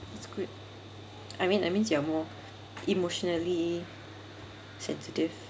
it's good I mean that means you are more emotionally sensitive